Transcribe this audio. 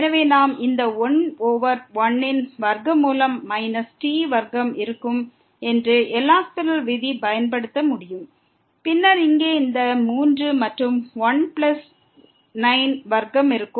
எனவே நாம் இந்த 1 ஓவர் 1 ன் வர்க்கமூலம் மைனஸ் t வர்க்கம் இருக்கும் என்று எல் ஹாஸ்பிடல் விதி பயன்படுத்த முடியும் பின்னர் இங்கே இந்த 3 மற்றும் 1 பிளஸ் 9 வர்க்கம் இருக்கும்